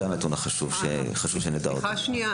חשוב שנדע את הנתון הזה.